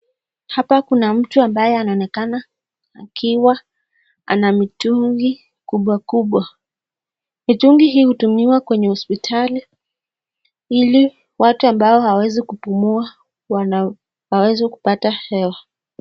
Hapa kuna mtu ambaye anaonekana akiwa ana mitungi kubwa kubwa. Mitungi hii hutumiwa kwenye hopsitali ili watu ambao hawaezi kupumua waweze kupata hewa.